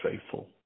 faithful